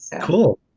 Cool